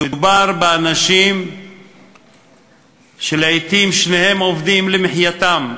מדובר באנשים שלעתים שניהם עובדים למחייתם,